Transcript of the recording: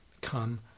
come